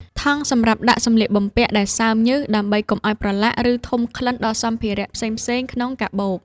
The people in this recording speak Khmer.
ថង់សម្រាប់ដាក់សម្លៀកបំពាក់ដែលសើមញើស ដើម្បីកុំឱ្យប្រឡាក់ ឬធំក្លិនដល់សម្ភារៈផ្សេងៗក្នុងកាបូប។